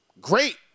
great